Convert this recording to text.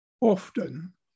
Often